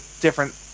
different